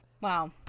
Wow